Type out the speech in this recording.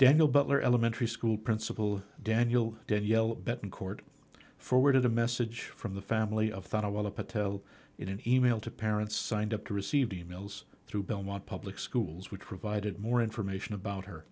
daniel butler elementary school principal daniel danielle betancourt forwarded a message from the family of thought all the potato in an e mail to parents signed up to receive e mails through belmont public schools which provided more information about her